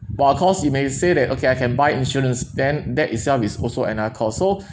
but of course you may say that okay I can buy insurance then that itself is also another cost so